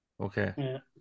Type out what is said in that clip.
Okay